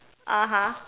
(uh huh)